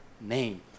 name